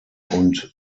und